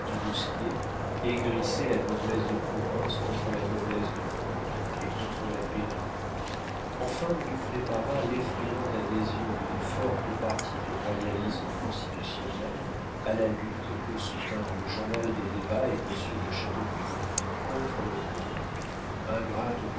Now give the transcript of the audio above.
aigrissait la noblesse de province contre la noblesse de cour et contre la pairie enfin il prépara l'effrayante adhésion d'une forte partie du royalisme constitutionnel à la lutte que soutinrent le journal des débats et monsieur de châteaubriand contre le trône ingrate